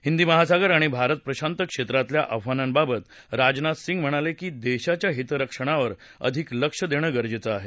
हिदी महासागर आणि भारत प्रशांत क्षेत्रातल्या आव्हानांबाबत राजनाथ सिंग म्हणाले की देशाच्या हितरक्षणावर अधिक लक्ष देणं गरजेचं आहे